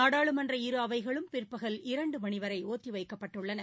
நாடாளுமன்ற இரு அவைகளும் பிற்பகல் இரண்டு மணிவரை ஒத்திவைக்கப்பட்டுள்ளன